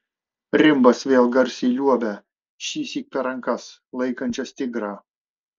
rimbas vėl garsiai liuobia šįsyk per rankas laikančias tigrą